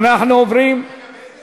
אנחנו עוברים, רגע,